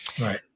Right